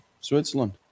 Switzerland